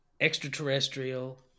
extraterrestrial